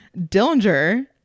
Dillinger